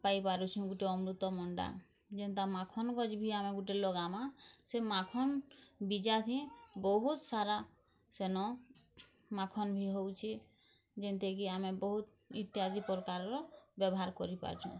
ପାଇପାରୁଛୁ ଗୁଟେ ଅମୃତଭଣ୍ଡା ଜେନ୍ତା ମାଖନ୍ ଗଯ୍ ଭି ଆମେ ଗୁଟେ ଲଗାମା ସେ ମାଖନ୍ ବୀଜା ଥେ ବହୁତ ସାରା ସେନ୍ ମାଖନ୍ ଭି ହଉଛି ଯେନ୍ତ କି ଆମେ ବହୁତ ଇତ୍ୟାଦି ପ୍ରକାରର୍ ବ୍ୟବହାର୍ କରି ପାରୁଛୁ